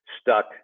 stuck